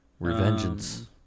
revengeance